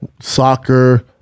soccer